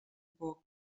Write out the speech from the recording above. poc